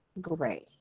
gray